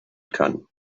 kann